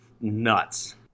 nuts